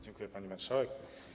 Dziękuję, pani marszałek.